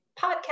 podcast